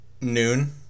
noon